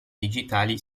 digitali